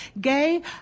Gay